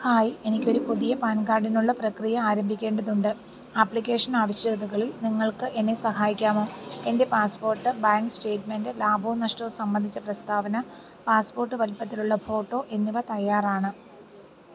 hi എനിക്കൊരു പുതിയ PAN കാർഡിനുള്ള പ്രക്രിയ ആരംഭിക്കേണ്ടതുണ്ട് ആപ്ലിക്കേഷൻ ആവശ്യകതകളിൽ നിങ്ങൾക്ക് എന്നെ സഹായിക്കാമോ എൻ്റെ പാസ്പോർട്ട് ബാങ്ക് സ്റ്റേറ്റ്മെൻറ്റ് ലാഭവും നഷ്ടവും സംബന്ധിച്ച പ്രസ്താവന പാസ്പോർട്ട് വലിപ്പത്തിലുള്ള ഫോട്ടോ എന്നിവ തയ്യാറാണ്